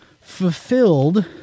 fulfilled